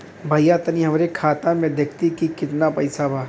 भईया तनि हमरे खाता में देखती की कितना पइसा बा?